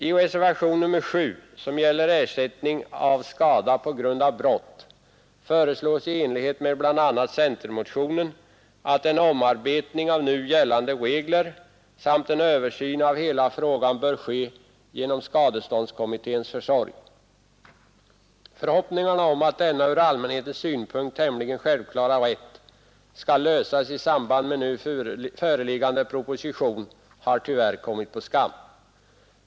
I reservationen 7, som gäller ersättning av skada på grund av brott, föreslås i enlighet med bl.a. centermotionen, att en omarbetning av nu gällande regler samt en översyn av hela frågan bör ske genom skadeståndskommitténs försorg. Förhoppningarna om att denna ur allmänhetens synpunkt tämligen självklara rätt skall lösas i samband med nu föreliggande proposition har tyvärr kommit på skam.